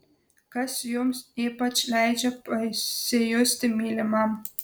kas jums ypač leidžia pasijusti mylimam